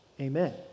Amen